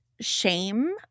shame